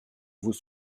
vous